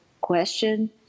question